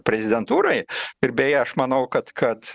prezidentūrai ir beje aš manau kad kad